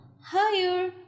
higher